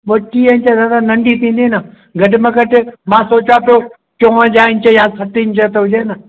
ॿटीह इंच दादा नंढी थींदी न घटि में घटि मां सोचियां थो चोवंजाहु इंच या सठु हुजे न